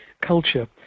culture